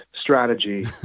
strategy